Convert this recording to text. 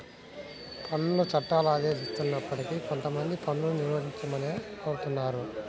పన్నుల చట్టాలు ఆదేశిస్తున్నప్పటికీ కొంతమంది పన్నును నిరోధించమనే కోరుతున్నారు